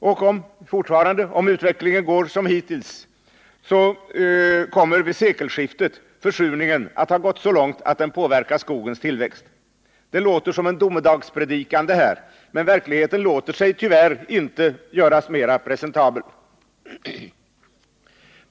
Och — fortfarande om utvecklingen går som hittills — då kommer vid sekelskiftet försurningen att ha fortskridit så långt att den påverkar skogens tillväxt. Det här låter som en domedagspredikan, men verkligheten låter sig tyvärr inte göras mera presentabel.